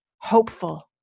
hopeful